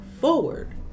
forward